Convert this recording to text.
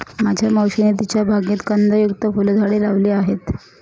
माझ्या मावशीने तिच्या बागेत कंदयुक्त फुलझाडे लावली आहेत